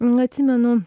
n atsimenu